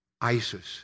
ISIS